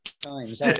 times